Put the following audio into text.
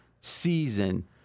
season